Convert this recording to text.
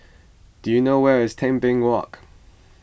do you know where is Tebing Walk